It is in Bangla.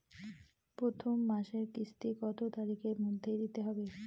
প্রথম মাসের কিস্তি কত তারিখের মধ্যেই দিতে হবে?